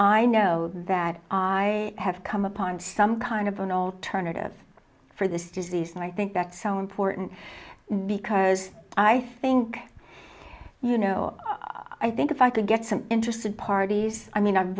i know that i have come upon some kind of an alternative for this disease and i think back so important because i think you know i think if i could get some interested parties i mean i've